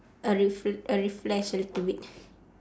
I refre~ I refresh a little bit